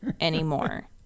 anymore